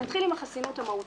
נתחיל עם החסינות המהותית,